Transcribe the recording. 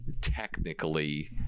technically